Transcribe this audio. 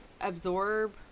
absorb